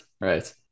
right